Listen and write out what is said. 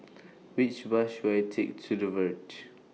Which Bus should I Take to The Verge